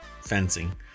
fencing